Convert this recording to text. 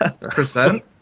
percent